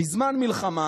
בזמן מלחמה